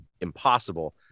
impossible